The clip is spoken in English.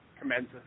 commences